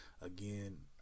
again